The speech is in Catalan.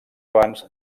abans